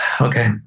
Okay